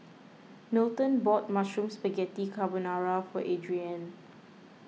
Milton bought Mushroom Spaghetti Carbonara for Adriene